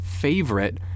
favorite